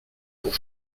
pour